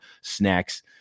snacks